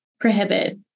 prohibit